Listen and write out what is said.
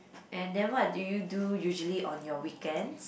and then what do you do usually on your weekends